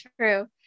true